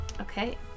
okay